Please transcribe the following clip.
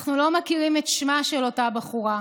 אנחנו לא מכירים את שמה של אותה בחורה,